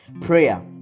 Prayer